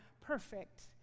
perfect